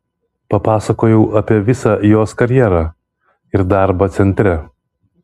papasakojau apie visą jos karjerą ir darbą centre